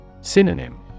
Synonym